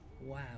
wow